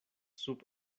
sub